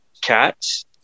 Cats